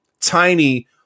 Tiny